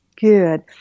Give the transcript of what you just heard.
Good